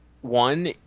one